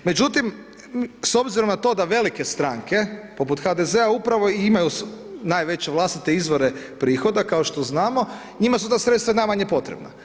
Međutim, s obzirom na to da velike stranke, poput HDZ-a, upravo i imaju najveće vlastite izvore prihoda, kao što znamo, njima su ta sredstava najmanje potrebna.